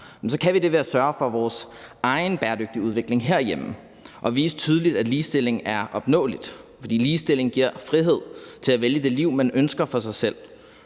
kan vi det ved at sørge for vores egen bæredygtige udvikling herhjemme og tydeligt vise, at ligestilling er opnåeligt. For ligestilling giver frihed til at vælge det liv, man ønsker for sig selv,